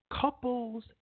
couples